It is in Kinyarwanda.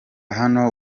hano